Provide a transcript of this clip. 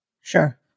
Sure